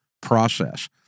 process